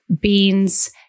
beans